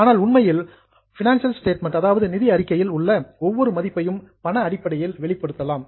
ஆனால் உண்மையில் financial statement நிதி அறிக்கையில் உள்ள ஒவ்வொரு மதிப்பையும் பண அடிப்படையில் வெளிப்படுத்தலாம்